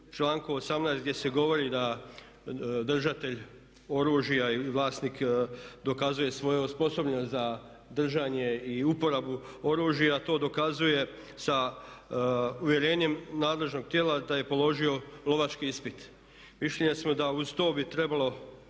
članku 18.gdje se govori da držatelj oružja ili vlasnik dokazuje svoju osposobljenost za držanje i uporabu oružja, to dokazuje sa uvjerenjem nadležnog tijela da je položio lovački ispit. Mišljenja smo da uz to bi trebalo